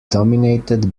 dominated